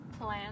plan